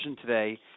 today